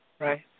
Right